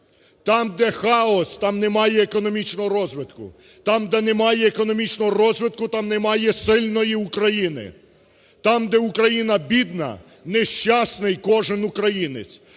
Там де хаос, там немає економічного розвитку, там, де немає економічного розвитку, там немає сильної України, там, де Україна бідна, нещасний кожен українець.